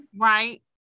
Right